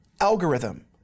algorithm